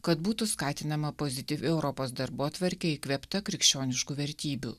kad būtų skatinama pozityvi europos darbotvarkė įkvėpta krikščioniškų vertybių